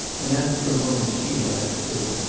and after a moment she laughed, too.